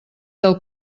del